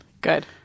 Good